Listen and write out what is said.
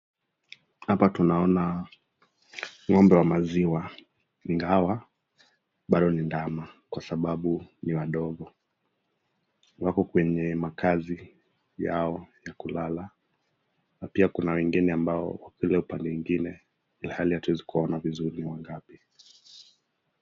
Hapa tunaona ng'ombe wa maziwa. Ingawa, bado ni ndama. Kwasababu ni wadogo. Wako kwenye makazi yao ya kulala, pia kuna wengine walio pande ingine ilhali hatuwezi kuona vizuri ni wangapi.